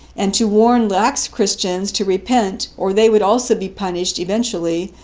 and to warn lax christians to repent or they would also be punished eventually,